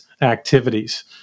activities